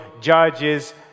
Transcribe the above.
judges